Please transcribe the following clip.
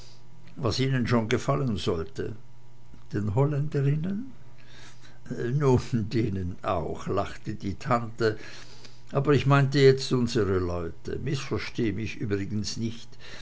was ihnen schon gefallen sollte den holländerinnen nun denen auch lachte die tante aber ich meinte jetzt unsre leute mißverstehe mich übrigens nicht